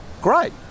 Great